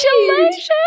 Congratulations